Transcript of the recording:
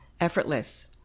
effortless